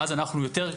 ואז אנחנו יותר,